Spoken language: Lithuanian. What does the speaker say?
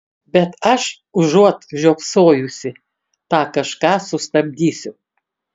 bet aš užuot žiopsojusi tą kažką sustabdysiu